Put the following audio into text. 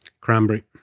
Cranberry